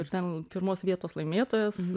ir ten pirmos vietos laimėtojas